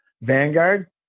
Vanguard